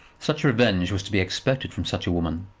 such revenge was to be expected from such a woman.